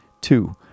two